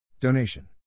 Donation